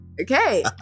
Okay